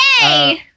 Yay